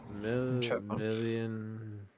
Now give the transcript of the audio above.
million